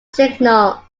signal